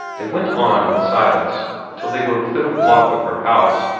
they went on in silence till they were within a block of her house.